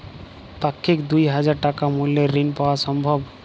পাক্ষিক দুই হাজার টাকা মূল্যের ঋণ পাওয়া সম্ভব?